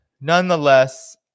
nonetheless